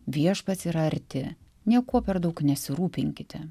viešpats yra arti niekuo per daug nesirūpinkite